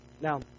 Now